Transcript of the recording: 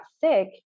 sick